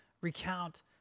recount